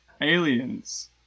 Aliens